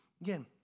Again